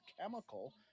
chemical